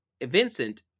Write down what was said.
Vincent